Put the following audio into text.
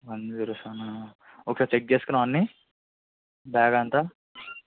one zero సెవెనా ఒకసారి check చేసుకున్నావా అన్నీ బ్యాగ్ అంతా